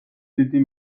დიდი